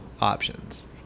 options